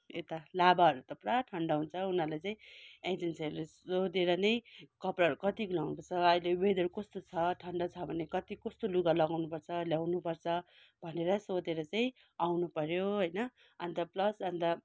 यता लाभाहरू त पुरा ठन्डा हुन्छ उनीहरूले चाहिँ एजेन्सीहरूले सोधेर नै कपडाहरू कतिको लाउनु पर्छ अहिले वेदर कस्तो छ ठन्डा छ भने कति कस्तो लुगा लगाउनु पर्छ ल्याउनु पर्छ भनेर सोधेर चाहिँ आउनु पर्यो होइन अन्त प्लस अन्त